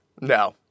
No